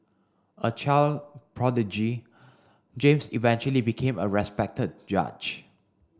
a child prodigy James eventually became a respected judge